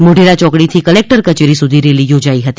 મોઢેરા ચોકડીથી કલેકટર કચેરી સુધી રેલી યોજાઇ હતી